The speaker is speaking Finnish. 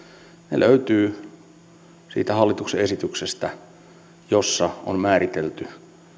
ne löytyvät siitä hallituksen esityksestä jossa on määritelty